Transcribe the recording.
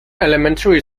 elementary